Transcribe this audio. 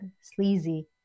sleazy